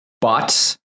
But-